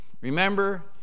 remember